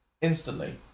instantly